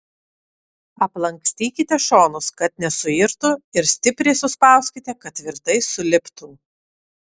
aplankstykite šonus kad nesuirtų ir stipriai suspauskite kad tvirtai suliptų